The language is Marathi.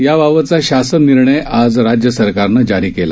याबाबतचा शासन निर्णय आज राज्यसरकारनं जारी केला